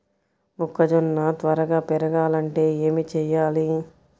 మొక్కజోన్న త్వరగా పెరగాలంటే ఏమి చెయ్యాలి?